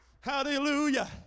Hallelujah